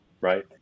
right